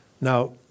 Now